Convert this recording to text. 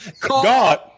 God